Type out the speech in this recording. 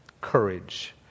Courage